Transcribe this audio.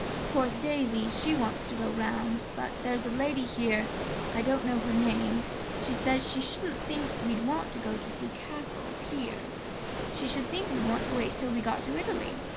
of course daisy she wants to go round. but there's a lady here i don't know her name she says she shouldn't think we'd want to go to see castles here she should think we'd want to wait till we got to italy.